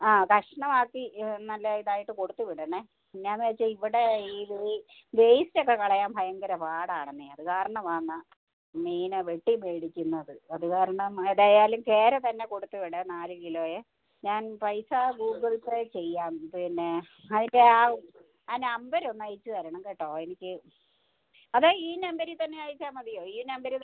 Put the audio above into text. ആ കഷ്ണം ആക്കി നല്ല ഇതായിട്ട് കൊടുത്ത് വിടണേ എന്നാ എന്ന് വെച്ചാൽ ഇവിടെ ഈ വേ വേസ്റ്റ് ഒക്കെ കളയാൻ ഭയങ്കര പാടാണെന്നേ അത് കാരണമാണ് മീൻ വെട്ടി മേടിക്കുന്നത് അത് കാരണം ഏതായാലും കേര തന്നെ കൊടുത്ത് വിട് നാല് കിലോയേ ഞാൻ പൈസ ഗൂഗിൾ പേ ചെയ്യാം പിന്നെ അതിന്റെ ആ ആ നമ്പർ ഒന്നയച്ച് തരണം കേട്ടോ എനിക്ക് അതോ ഈ നമ്പറിൽ തന്നെ അയച്ചാൽ മതിയോ ഈ നമ്പർ